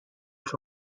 its